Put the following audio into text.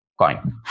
coin